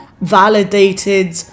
validated